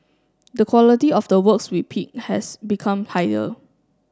the quality of the works we pick has become higher